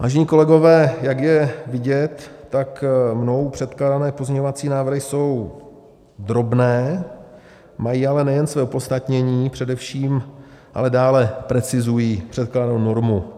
Vážení kolegové, jak je vidět, tak mnou předkládané pozměňovací návrhy jsou drobné, mají ale nejen své opodstatnění, především ale dále precizují předkládanou normu.